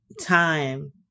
time